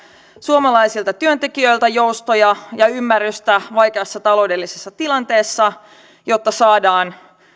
suomalaisilta työntekijöiltä joustoja ja ymmärrystä vaikeassa taloudellisessa tilanteessa jotta saadaan